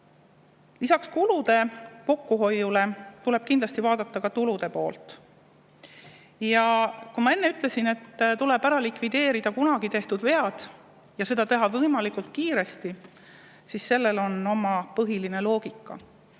number. Lisaks kulude kokkuhoiule tuleb kindlasti vaadata ka tulude poolt. Ma enne ütlesin, et tuleb likvideerida kunagi tehtud vead ja teha seda võimalikult kiiresti, ning sellel on oma loogika.